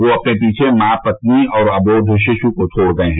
वह अपने पीछे मॉ पत्नी और अबोघ शिशु को छोड़ गये हैं